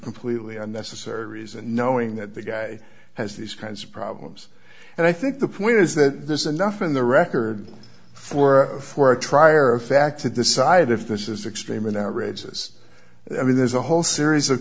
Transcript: completely unnecessary reason knowing that the guy has these kinds of problems and i think the point is that there's enough in the record for for a trier of fact to decide if this is extreme and outrageous i mean there's a whole series of